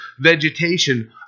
vegetation